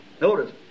Notice